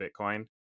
Bitcoin